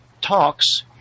talks